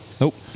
Nope